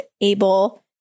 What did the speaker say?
able